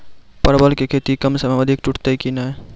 परवल की खेती कम समय मे अधिक टूटते की ने?